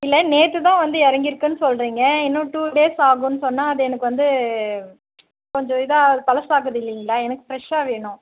இல்லை நேற்றுதான் வந்து இறங்கியிருக்குனு சொல்கிறீங்க இன்னும் டூ டேஸ் ஆகும்னு சொன்னால் அது எனக்கு வந்து கொஞ்சம் இதாக பழசாகுது இல்லைங்களா எனக்கு ஃபிரெஷ்ஷாக வேணும்